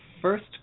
first